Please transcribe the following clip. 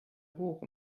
hoch